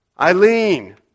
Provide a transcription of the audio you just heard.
Eileen